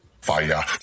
Fire